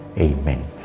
Amen